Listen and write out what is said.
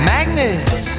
Magnets